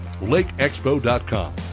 LakeExpo.com